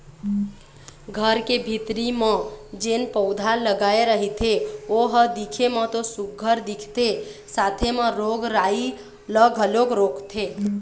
घर के भीतरी म जेन पउधा लगाय रहिथे ओ ह दिखे म तो सुग्घर दिखथे साथे म रोग राई ल घलोक रोकथे